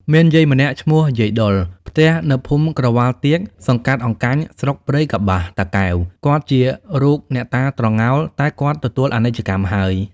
មានយាយម្នាក់ឈ្មោះយាយដុល ផ្ទះនៅភូមិក្រវ៉ាលទាក សង្កាត់អង្កាញ់ ស្រុកព្រៃកប្បាស (តាកែវ) គាត់ជា រូបអ្នកតាត្រងោល តែគាត់ទទួលអនិច្ចកម្មហើយ ។